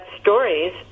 stories